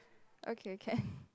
okay can